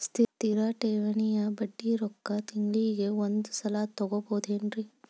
ಸ್ಥಿರ ಠೇವಣಿಯ ಬಡ್ಡಿ ರೊಕ್ಕ ತಿಂಗಳಿಗೆ ಒಂದು ಸಲ ತಗೊಬಹುದೆನ್ರಿ?